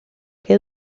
que